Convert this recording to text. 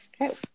Okay